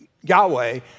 Yahweh